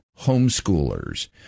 homeschoolers